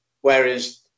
Whereas